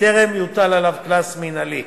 בטרם יוטל עליו קנס מינהלי.